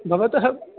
भवतः